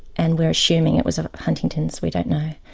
and we're assuming it was ah huntington's, we don't know.